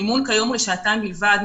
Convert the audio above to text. המימון כיום הוא לשעתיים בלבד.